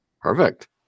Perfect